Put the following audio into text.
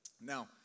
Now